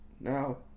now